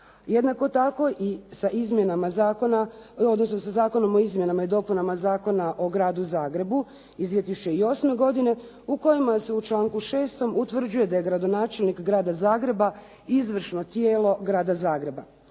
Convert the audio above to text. Jednako tako i sa izmjenama zakona, odnosno sa Zakonom o izmjenama i dopunama Zakona o Gradu Zagrebu iz 2008. godine, u kojemu se u članku 6. utvrđuje da je gradonačelnik Grada Zagreba izvršno tijelo Grada Zagreba.